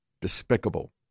Despicable